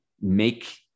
make